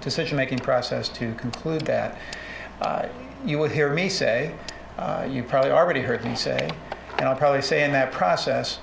decision making process to conclude that you would hear me say you probably already heard him say and i'll probably say in that process